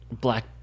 black